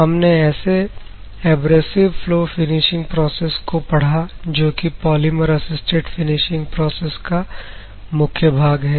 हमने ऐसे abrasive flow finishing process को पढ़ा जो कि पॉलीमर असिस्टेड फिनिशिंग प्रोसेस का मुख्य भाग है